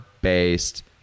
based